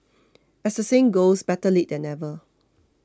as the saying goes better late than never